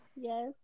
Yes